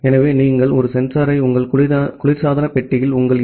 எனவே நீங்கள் ஒரு சென்சாரை உங்கள் குளிர்சாதன பெட்டியில் உங்கள் ஏ